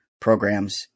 programs